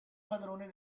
padrone